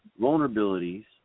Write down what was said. vulnerabilities